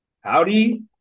Howdy